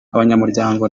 abanyamuryango